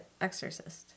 exorcist